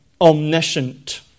omniscient